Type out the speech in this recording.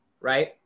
right